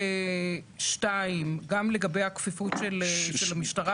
הייעוץ המשפטי הוא לא בא כוחו של --- ממש לא.